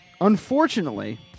unfortunately